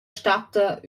statta